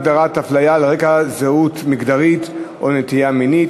הגדרת הפליה על רקע זהות מגדרית או נטייה מינית),